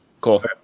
cool